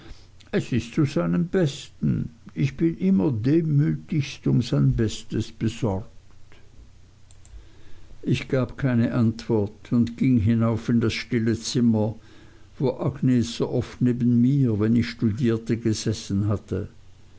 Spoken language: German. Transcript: es ist zu seinem besten ich bin immer demütigst um sein bestes besorgt ich gab keine antwort und ging hinauf in das stille zimmer wo agnes so oft neben mir wenn ich studierte gesessen hatte